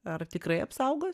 ar tikrai apsaugos